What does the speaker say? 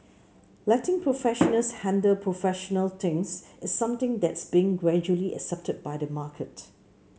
letting professionals handle professional things is something that's being gradually accepted by the market